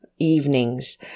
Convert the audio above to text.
evenings